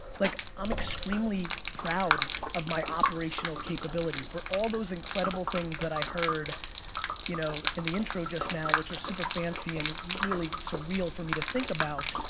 like i'm extremely proud of my operational capability for all those incredible things that i heard you know in the intro just now, which are super fancy and really surreal for me to think about.